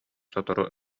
сотору